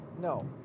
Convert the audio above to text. No